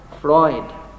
Freud